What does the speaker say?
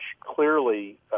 clearly